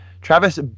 Travis